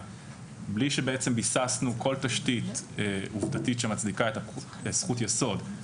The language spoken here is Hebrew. בלי שבעצם ביססנו כל תשתית עובדתית שמצדיקה את זכות היסוד,